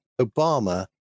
Obama